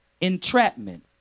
entrapment